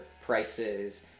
prices